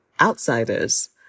outsiders